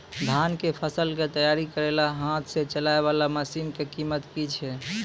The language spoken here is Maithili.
धान कऽ फसल कऽ तैयारी करेला हाथ सऽ चलाय वाला मसीन कऽ कीमत की छै?